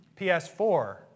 PS4